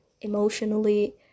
emotionally